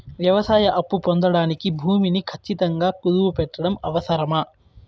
వ్యవసాయ అప్పు పొందడానికి భూమిని ఖచ్చితంగా కుదువు పెట్టడం అవసరమా?